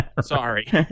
Sorry